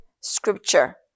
scripture